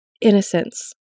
innocence